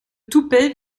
toupet